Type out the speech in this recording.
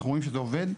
אנחנו רואים שזה עובד.